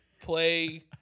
play